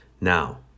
Now